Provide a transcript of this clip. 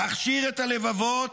להכשיר את הלבבות